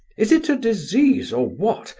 is it a disease, or what,